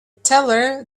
teller